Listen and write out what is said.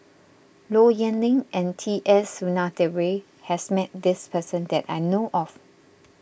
Low Yen Ling and T S Sinnathuray has met this person that I know of